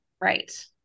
Right